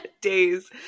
Days